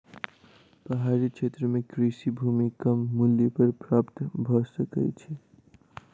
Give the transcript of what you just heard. पहाड़ी क्षेत्र में कृषि भूमि कम मूल्य पर प्राप्त भ सकै छै